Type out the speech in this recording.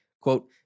Quote